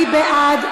מי בעד?